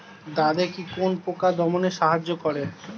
দাদেকি কোন পোকা দমনে সাহায্য করে?